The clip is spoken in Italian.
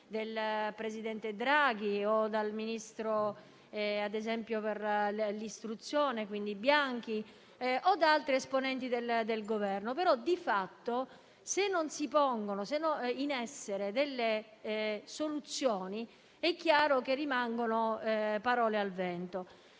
del presidente Draghi o dal ministro dell'istruzione Bianchi o da altri esponenti del Governo. Ma, se di fatto non si pongono in essere delle soluzioni, è chiaro che rimangono parole al vento.